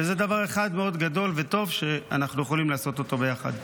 וזה דבר אחד מאוד גדול וטוב שאנחנו יכולים לעשות אותו ביחד.